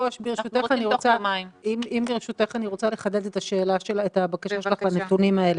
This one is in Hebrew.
אני רוצה לחדד את הבקשה שלך לנתונים האלה.